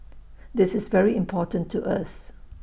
this is very important to us